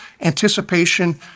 anticipation